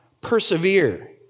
persevere